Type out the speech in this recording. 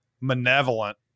malevolent